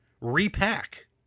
Repack